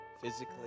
physically